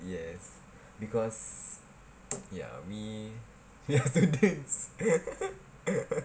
yes because ya we we are students